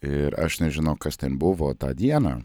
ir aš nežinau kas ten buvo tą dieną